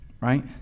right